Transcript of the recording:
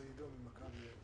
בסדר גמור.